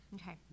Okay